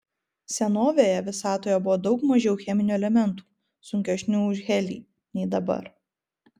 senovėje visatoje buvo daug mažiau cheminių elementų sunkesnių už helį nei dabar